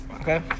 Okay